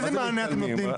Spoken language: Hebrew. איזה מענה אתם נותנים?